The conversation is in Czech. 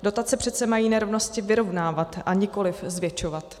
Dotace přece mají nerovnosti vyrovnávat, a nikoliv zvětšovat.